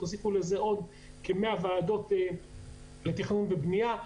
100 ועדות תכנון ובנייה,